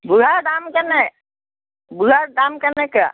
বুঢ়া দাম কেনে বুঢ়াৰ দাম কেনেকৈ